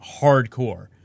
hardcore